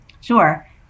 Sure